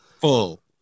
full